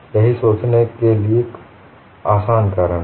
यही सोचने के लिए आसान कारण है